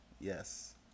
Yes